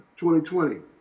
2020